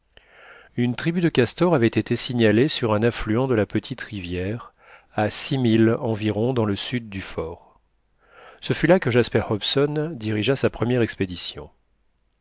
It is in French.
une tribu de castors avait été signalée sur un affluent de la petite rivière à six milles environ dans le sud du fort ce fut là que jasper hobson dirigea sa première expédition